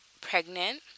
pregnant